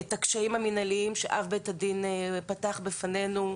את הקשיים המינהליים שאב בית הדין פתח בפנינו.